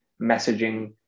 messaging